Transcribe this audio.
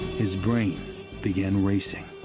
his brain began racing.